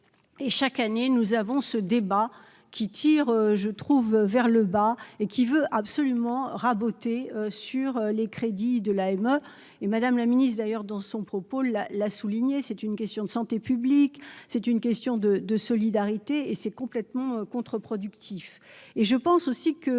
et chaque année nous avons ce débat qui tire je trouve vers le bas et qui veut absolument raboter sur les crédits de l'AME et madame la ministre d'ailleurs dans son propos là l'a souligné, c'est une question de santé publique, c'est une question de de solidarité et c'est complètement contre-productif et je pense aussi que